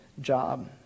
job